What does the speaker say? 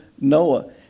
Noah